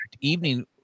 evening